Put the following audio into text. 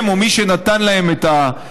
הם או מי שנתן להם את הרכב,